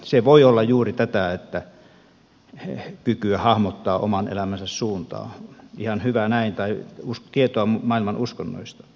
se voi olla juuri tätä kykyä hahmottaa oman elämänsä suuntaa ihan hyvä näin tai tietoa maailman uskonnoista